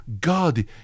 God